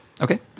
Okay